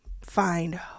find